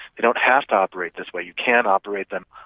you don't have to operate this way, you can operate them,